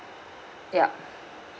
yup